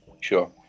Sure